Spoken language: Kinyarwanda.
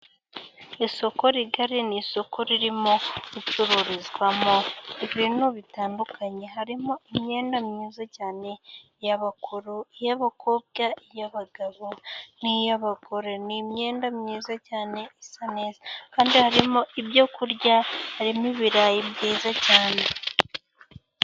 Isoko rigari n'isoko ririmo gucururizwamo ibintu bitandukanye, harimo imyenda myiza cyane iy'abakobwa, iy'abagabo, n'iy'abagore, Ni imyenda myiza cyane isa neza. Kandi harimo ibyo kurya harimo ibirayi byiza cyane.